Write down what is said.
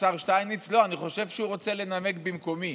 אני חושב שהוא רוצה לנמק במקומי.